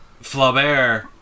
Flaubert